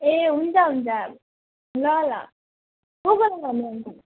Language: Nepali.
ए हुन्छ हुन्छ ल ल को को जाने अनि त